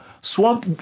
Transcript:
Swamp